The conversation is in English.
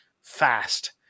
fast